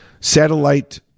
satellite